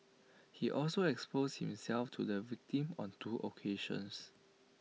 he also exposed himself to the victim on two occasions